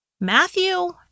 Matthew